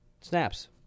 snaps